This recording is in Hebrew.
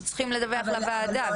שצריכים לדווח לוועדה.